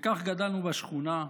כך גדלנו בשכונה,